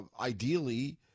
ideally